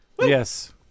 Yes